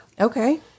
Okay